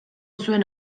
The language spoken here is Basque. zuen